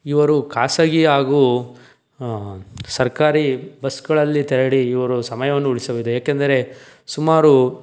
ಇವರು ಖಾಸಗಿ ಹಾಗೂ ಸರ್ಕಾರಿ ಬಸ್ಗಳಲ್ಲಿ ತೆರಳಿ ಇವರು ಸಮಯವನ್ನು ಉಳಿಸುಬಹುದು ಏಕೆಂದರೆ ಸುಮಾರು